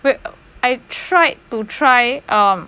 when I tried to try